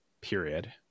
period